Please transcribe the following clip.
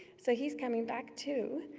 so he's coming back, too.